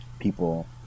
people